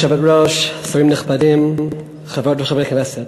כבוד היושבת-ראש, שרים נכבדים, חברות וחברי הכנסת,